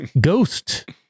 Ghost